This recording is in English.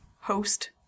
host